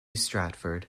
stratford